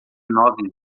nove